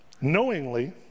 knowingly